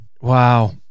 Wow